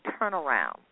turnaround